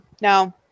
no